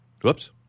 Whoops